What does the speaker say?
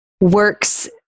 works